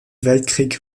weltkrieg